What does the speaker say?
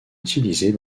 utilisés